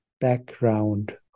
background